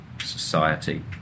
society